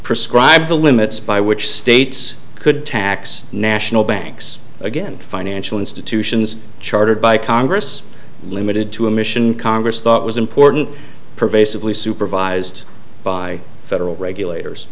prescribe the limits by which states could tax national banks again financial institutions chartered by congress limited to a mission congress thought was important pervasively supervised by federal regulators